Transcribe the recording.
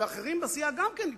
ואחרים בסיעה גם כן.